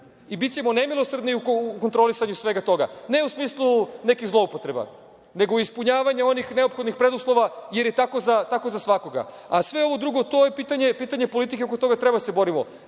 i bićemo nemilosrdni u kontrolisanju svega toga. Ne u smislu nekih zloupotreba, nego u ispunjavanju onih neophodnih preduslova jer je tako za svakoga, a sve ovo drugo to je pitanje politike i oko toga treba da se borimo